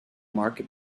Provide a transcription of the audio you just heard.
mark